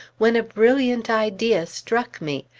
when a brilliant idea struck me.